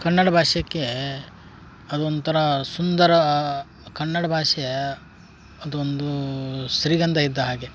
ಕನ್ನಡ ಭಾಷೆಗೆ ಅದೊಂಥರಾ ಸುಂದರ ಕನ್ನಡ ಭಾಷೆ ಅದೊಂದು ಶ್ರೀಗಂಧ ಇದ್ದ ಹಾಗೆ